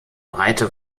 breite